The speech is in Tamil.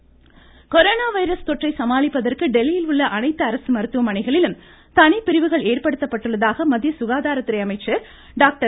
ஹர்ஷவர்தன் கொரோனா வைரஸ் தொற்றை சமாளிப்பதற்கு டெல்லியில் உள்ள அனைத்து அரசு மருத்துவமனைகளிலும் தனிப்பிரிவுகள் ஏற்படுத்தப்பட்டுள்ளதாக மத்திய சுகாதாரத்துறை அமைச்சர் டாக்டர்